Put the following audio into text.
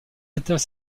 états